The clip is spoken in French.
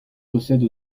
possède